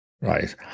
right